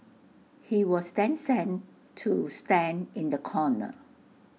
he was then sent to stand in the corner